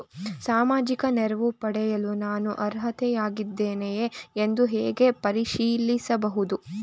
ಸಾಮಾಜಿಕ ನೆರವು ಪಡೆಯಲು ನಾನು ಅರ್ಹನಾಗಿದ್ದೇನೆಯೇ ಎಂದು ಹೇಗೆ ಪರಿಶೀಲಿಸಬಹುದು?